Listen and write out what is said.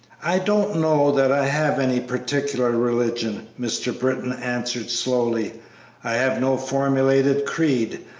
i don't know that i have any particular religion, mr. britton answered, slowly i have no formulated creed.